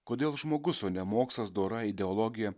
kodėl žmogus o ne mokslas dora ideologija